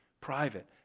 private